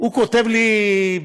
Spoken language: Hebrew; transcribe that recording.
הוא כותב לי,